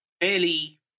fairly